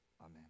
amen